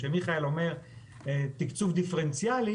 וכשמיכאל אומר תקצוב דיפרנציאלי,